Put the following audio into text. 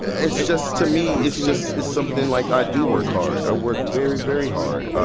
it's just to me, it's just it's something like, i do work hard. i work very, very hard,